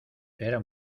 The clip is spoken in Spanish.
era